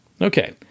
Okay